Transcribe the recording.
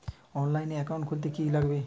অনলাইনে একাউন্ট খুলতে কি কি লাগবে?